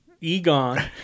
Egon